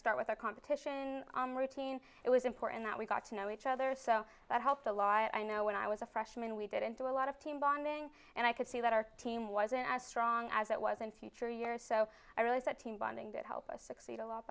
start with our competition on routine it was important that we got to know each other so that helped a lot i know when i was a freshman we didn't do a lot of team bonding and i could see that our team wasn't as strong as it was in future years so i realize that team bonding did help us succeed a lot